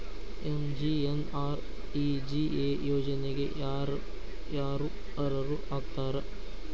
MGNREGA ಯೋಜನೆಗೆ ಯಾರ ಯಾರು ಅರ್ಹರು ಆಗ್ತಾರ?